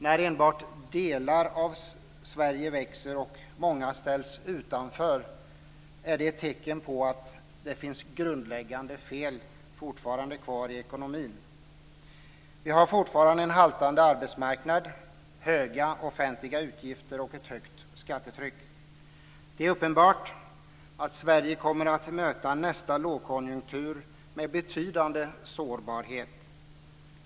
När enbart delar av Sverige växer och många ställs utanför är det tecken på att det fortfarande finns grundläggande fel i ekonomin. Vi har fortfarande en haltande arbetsmarknad, höga offentliga utgifter och ett högt skattetryck. Det är uppenbart att Sverige kommer att möta nästa lågkonjunktur med betydande sårbarhet.